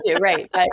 right